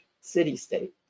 city-state